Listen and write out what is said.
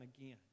again